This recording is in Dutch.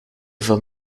van